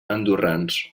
andorrans